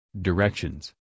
Directions